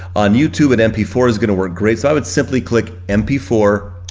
on youtube, an m p four is gonna work great, so i would simply click m p four.